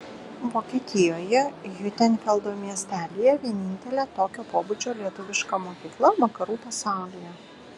vokietijoje hiutenfeldo miestelyje vienintelė tokio pobūdžio lietuviška mokykla vakarų pasaulyje